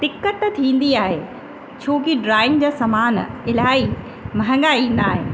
दिक़त थींदी आहे छो कि ड्रॉइंग जा सामान इलाही महांगा ईंदा आहिनि